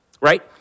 Right